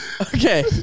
Okay